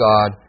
God